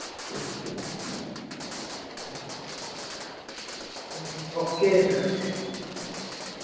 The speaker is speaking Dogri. okay sir okay